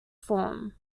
form